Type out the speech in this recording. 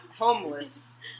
homeless